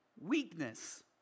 weakness